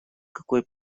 какой